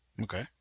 Okay